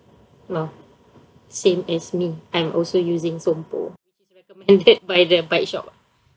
same as me I'm also using sompo it's recommended by the bike shop